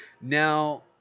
Now